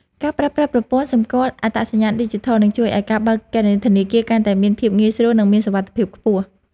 ការប្រើប្រាស់ប្រព័ន្ធសម្គាល់អត្តសញ្ញាណឌីជីថល នឹងជួយឱ្យការបើកគណនីធនាគារកាន់តែមានភាពងាយស្រួលនិងមានសុវត្ថិភាពខ្ពស់។